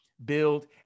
build